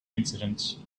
incidents